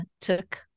took